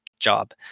job